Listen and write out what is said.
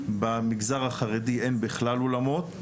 במגזר החרדי אין בכלל אולמות.